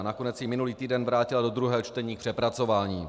Nakonec ji minulý týden vrátila do druhého čtení k přepracování.